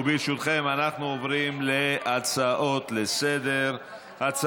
ברשותכם, אנחנו עוברים להצעות לסדר-היום.